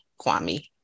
Kwame